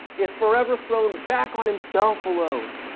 is forever thrown back on himself alone.